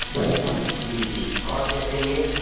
जी जी और क्या चाहिए